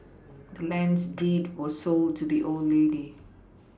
the land's deed was sold to the old lady